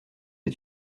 est